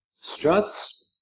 struts